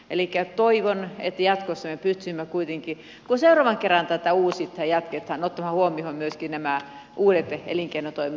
elikkä toivon että jatkossa me pystyisimme kuitenkin kun seuraavan kerran tätä uusitaan ja jatketaan ottamaan huomioon myöskin nämä uudet elinkeinotoiminnot tiloilla